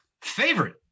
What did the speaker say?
favorite